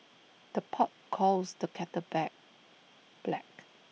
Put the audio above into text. the pot calls the kettle back black